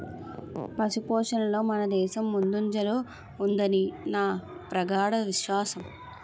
పశుపోషణలో మనదేశం ముందంజలో ఉంటుదని నా ప్రగాఢ విశ్వాసం